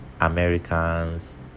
Americans